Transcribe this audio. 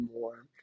more